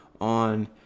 on